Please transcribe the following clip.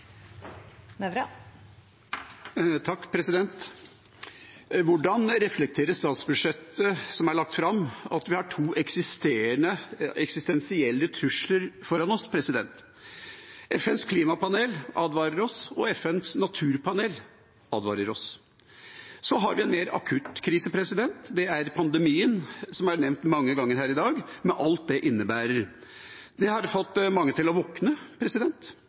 lagt fram, at vi har to eksistensielle trusler foran oss? FNs klimapanel advarer oss, og FNs naturpanel advarer oss. Så har vi en mer akutt krise. Det er pandemien, som er nevnt mange ganger her i dag, med alt det innebærer. Det har fått mange til å våkne